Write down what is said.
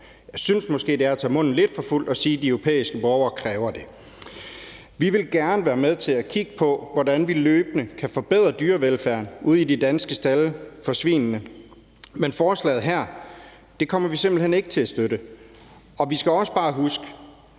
Jeg synes måske, det er at tage munden lidt for fuld at sige, at de europæiske borgere kræver det. Vi vil gerne være med til at kigge på, hvordan vi løbende kan forbedre dyrevelfærden ude i de danske stalde for svinene, men forslaget her kommer vi simpelt hen ikke til at støtte. Vi skal også bare huske,